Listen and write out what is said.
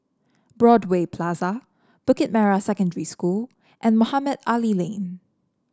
Broadway Plaza Bukit Merah Secondary School and Mohamed Ali Lane